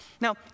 Now